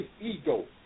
ego